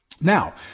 Now